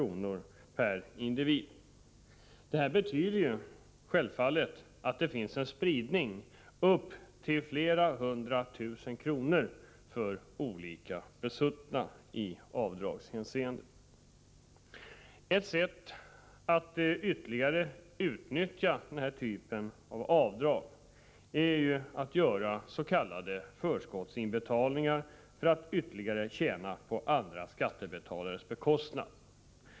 i genomsnitt per individ. Detta betyder självfallet att det i avdragshänseende finns en spridning upp till flera hundra tusen kronor för olika besuttna. Ett sätt att ytterligare utnyttja denna typ av avdrag är att göra s.k. förskottsinbetalningar för att göra ytterligare förtjänst, på andra skattebetalares bekostnad.